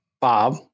Bob